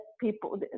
people